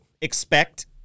expect